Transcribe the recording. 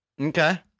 Okay